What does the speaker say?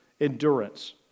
Endurance